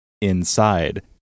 inside